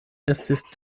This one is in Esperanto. estis